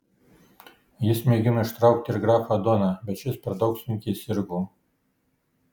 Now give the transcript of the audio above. jis mėgino ištraukti ir grafą doną bet šis per daug sunkiai sirgo